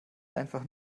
einfach